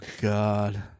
God